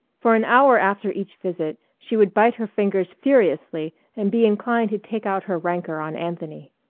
for an hour after each visit she would bite her fingers furiously and be inclined to take out her rancor on anthony.